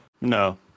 No